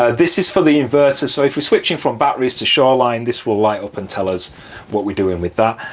ah this is for the inverter, so if we're switching from batteries to shore line this will light up and tell us what we're doing with that.